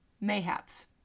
Mayhaps